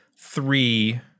three